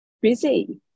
busy